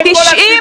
זה כל הסיפור.